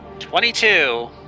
Twenty-two